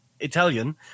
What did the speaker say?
italian